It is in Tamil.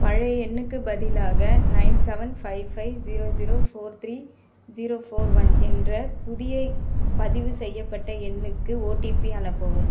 பழைய எண்ணுக்குப் பதிலாக nine seven five five zero zero four three zero four one என்ற புதிய பதிவு செய்யப்பட்ட எண்ணுக்கு ஓடிபி அனுப்பவும்